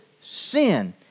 sin